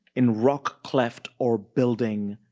in rock-cleft or building,